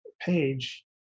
page